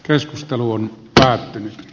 keskustelu on päättynyt